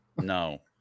No